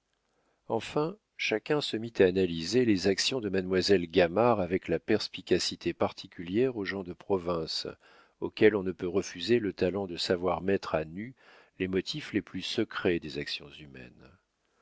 enfin chacun se mit à analyser les actions de mademoiselle gamard avec la perspicacité particulière aux gens de province auxquels on ne peut refuser le talent de savoir mettre à nu les motifs les plus secrets des actions humaines